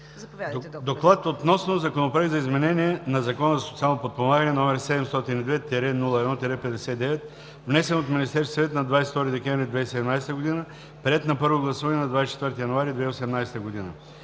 Доклад относно Законопроект за изменение на Закона за социално подпомагане, № 702-01-59, внесен от Министерския съвет на 22 декември 2017 г., приет на първо гласуване на 24 януари 2018 г.